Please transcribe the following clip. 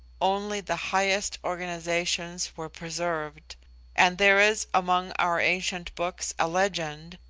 only the highest organisations were preserved and there is among our ancient books a legend,